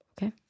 Okay